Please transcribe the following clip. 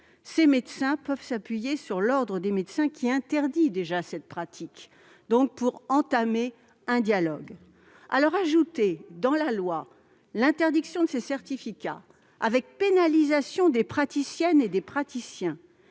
les médecins peuvent s'appuyer sur l'Ordre des médecins, qui interdit déjà cette pratique, pour entamer un dialogue. Prévoir dans la loi l'interdiction de ces certificats, avec pénalisation des praticiennes et des praticiens,